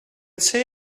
say